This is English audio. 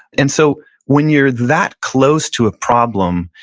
and so when you're that close to a problem,